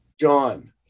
John